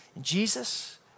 Jesus